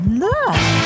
look